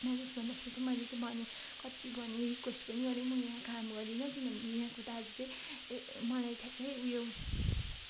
नजानु होस् भन्दाखेरि चाहिँ मैले चाहिँ भने कति भने रिक्वेस्ट पनि गरेँ म यहाँ काम गर्दिनँ किनभने यहाँको दाजु चाहिँ मलाई ठ्याक्क उयो